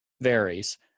varies